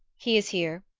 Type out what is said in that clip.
he is here.